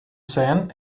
sein